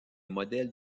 modèles